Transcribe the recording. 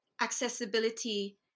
accessibility